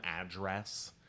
address